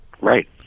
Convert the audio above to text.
Right